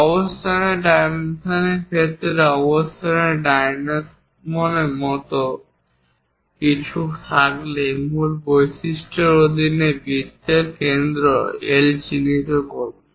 অবস্থানের ডাইমেনশনর ক্ষেত্রে অবস্থানের ডাইমেনসানের মতো কিছু থাকলে মূল বৈশিষ্ট্যের অধীনে বৃত্তের কেন্দ্র L চিহ্নিত করুন